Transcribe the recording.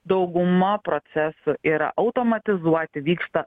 dauguma procesų yra automatizuoti vyksta